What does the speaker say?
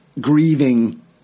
grieving